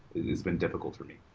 it's been difficult to me.